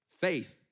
Faith